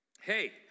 Hey